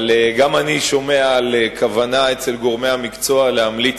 אבל גם אני שומע על כוונה אצל גורמי המקצוע להמליץ